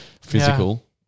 physical